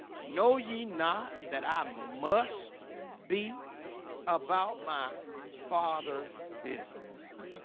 know ye not that i um must be about my father's business